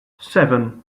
seven